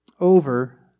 over